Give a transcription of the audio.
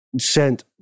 sent